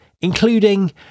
including